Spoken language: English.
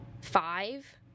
five